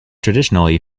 traditionally